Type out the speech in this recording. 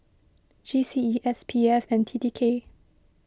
G C E S P F and T T K